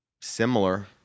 Similar